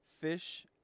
fish